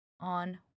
on